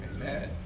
Amen